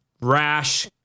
rash